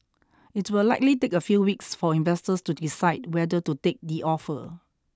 it will likely take a few weeks for investors to decide whether to take the offer